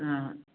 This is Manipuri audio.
ꯎꯝ